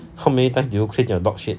how many times do clear your dog shit